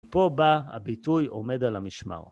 פה בא הביטוי "עומד על המשמר".